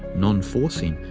nonforcing,